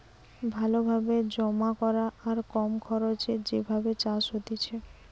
ভালো ভাবে জমা করা আর কম খরচে যে ভাবে চাষ হতিছে